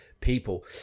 people